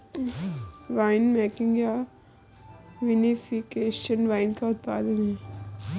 winemaking या vinification wine का उत्पादन है